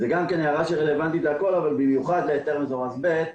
גם זאת הערה שרלוונטית לכל אבל במיוחד להיתר מזורז ב'.